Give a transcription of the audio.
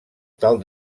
tal